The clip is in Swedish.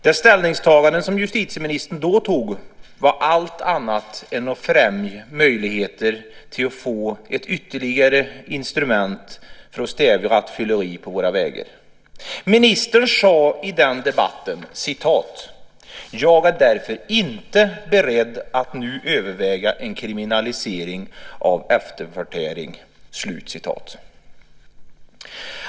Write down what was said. Det ställningstagande som justitieministern då gjorde var allt annat än att främja möjligheter till att få ett ytterligare instrument för att stävja rattfylleri på våra vägar. Ministern sade i den debatten: "Jag är därför inte beredd att nu överväga en kriminalisering av efterförtäring."